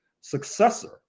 successor